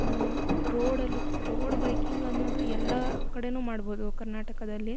ಇನ್ನೂ ರೋಡಲ್ಲು road biking ಅನ್ನೋದು ಎಲ್ಲಾ ಕಡೆನು ಮಾಡ್ಬೋದು ಕರ್ನಾಟಕದಲ್ಲಿ